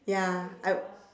ya I